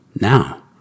now